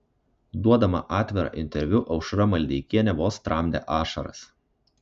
duodama atvirą interviu aušra maldeikienė vos tramdė ašaras